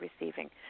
receiving